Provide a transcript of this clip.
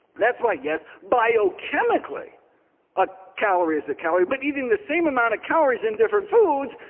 that's why yes, biochemically a calorie is a calorie, but eating the same amount of calories in different foods,